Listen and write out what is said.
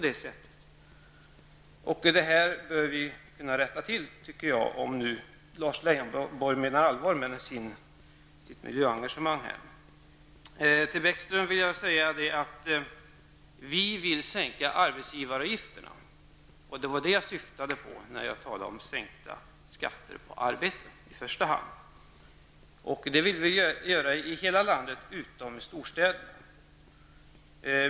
Detta bör vi kunna rätta till, tycker jag, om nu Lars Leijonborg menar allvar med sitt miljöengagemang. Till Lars Bäckström vill jag säga att vi vill sänka arbetsgivaravgifterna, och det var det jag syftade på när jag talade om sänkta skatter på arbetet i första hand. Detta vill vi göra i hela landet utom i storstäderna.